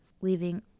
leaving